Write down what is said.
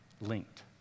linked